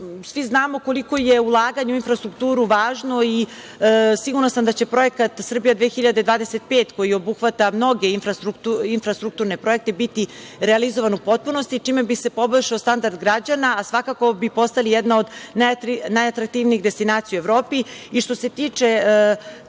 znamo koliko je ulaganje u infrastrukturu važno i sigurna sam da će projekat Srbija 2025 koji obuhvata mnoge infrastrukturne projekte biti realizovan u potpunosti, čime bi se poboljšao standard građana a svakako bi postali jedna od najatraktivnijih destinacija u Evropi. Što se tiče